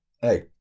Hey